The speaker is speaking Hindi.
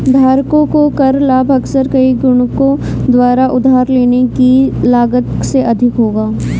धारकों को कर लाभ अक्सर कई गुणकों द्वारा उधार लेने की लागत से अधिक होगा